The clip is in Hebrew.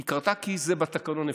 היא קרתה כי זה אפשרי בתקנון.